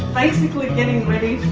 basically. getting ready